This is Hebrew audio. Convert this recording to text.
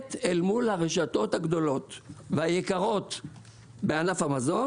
מחודשת אל מול הרשתות הגדולות והיקרות בענף המזון.